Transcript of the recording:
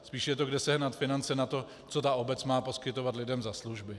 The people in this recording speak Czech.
Spíš je to, kde sehnat finance na to, co má obec poskytovat lidem za služby.